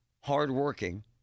hardworking